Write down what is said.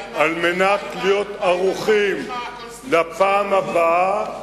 על מנת להיות ערוכים לפעם הבאה,